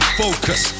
focus